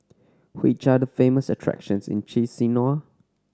which are the famous attractions in Chisinau